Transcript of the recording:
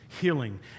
healing